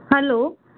hello